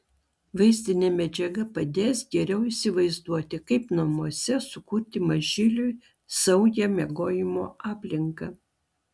vaizdinė medžiaga padės geriau įsivaizduoti kaip namuose sukurti mažyliui saugią miegojimo aplinką